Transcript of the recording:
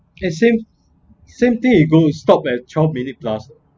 eh same same thing he goes stop at twelve minute plus